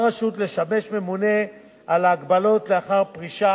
רשות לשמש ממונה על הגבלות לאחר פרישה